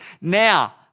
now